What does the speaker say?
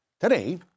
Today